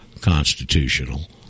constitutional